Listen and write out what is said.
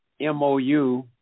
MOU